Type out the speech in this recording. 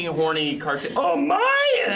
ah horny cartoon, oh my!